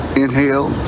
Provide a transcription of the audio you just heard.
inhale